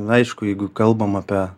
aišku jeigu kalbam apie